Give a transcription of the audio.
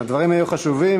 הדברים היו חשובים,